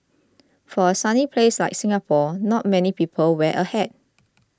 for a sunny place like Singapore not many people wear a hat